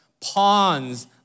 pawns